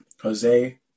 Jose